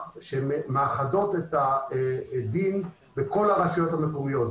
כשהן מאחדות את הדין בכל הרשויות המקומיות.